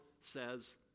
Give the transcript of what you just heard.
says